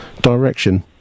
direction